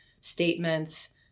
statements